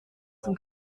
zum